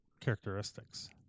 characteristics